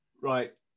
right